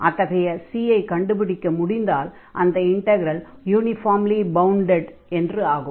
அத்தகைய C ஐ கண்டுபிடிக்க முடிந்தால் அந்த இன்டக்ரல் யூனிஃபார்ம்லி பவுண்டட் என்று ஆகும்